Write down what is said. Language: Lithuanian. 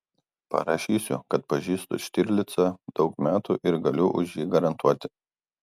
parašysiu kad pažįstu štirlicą daug metų ir galiu už jį garantuoti